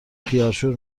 خیارشور